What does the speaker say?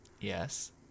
Yes